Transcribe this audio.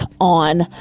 on